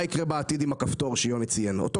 מה יקרה בעתיד עם כפתור הסגירה?